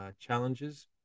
challenges